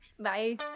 Bye